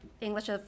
English